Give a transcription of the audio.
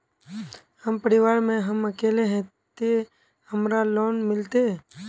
हम परिवार में हम अकेले है ते हमरा लोन मिलते?